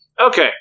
Okay